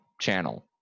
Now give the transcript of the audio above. channel